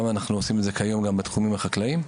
אנחנו עושים את זה כיום גם בתחומים החקלאיים.